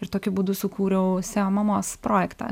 ir tokiu būdu sukūriau seo mamos projektą